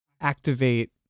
activate